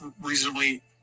reasonably